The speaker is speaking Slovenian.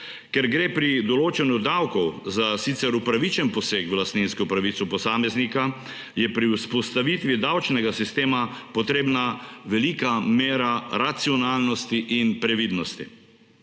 Ker gre pri določanju davkov za sicer upravičen poseg v lastninsko pravico posameznika, je pri vzpostavitvi davčnega sistema potrebna velika mera racionalnosti in previdnosti.